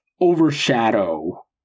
overshadow